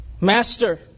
Master